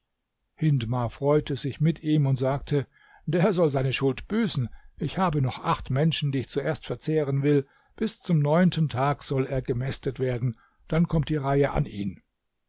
hindmar freute sich mit ihm und sagte der soll seine schuld büßen ich habe noch acht menschen die ich zuerst verzehren will bis zum neunten tag soll er gemästet werden dann kommt die reihe an ihn